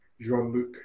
Jean-Luc